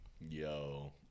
Yo